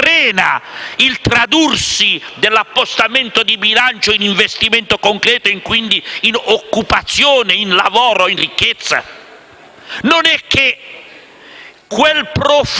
il tradursi dell'appostamento di bilancio in investimento concreto e quindi in occupazione, lavoro e ricchezza? Non è che quel profluvio